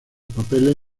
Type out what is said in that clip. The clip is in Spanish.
papeles